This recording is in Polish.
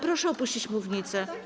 Proszę opuścić mównicę.